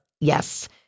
yes